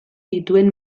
dituen